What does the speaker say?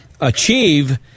achieve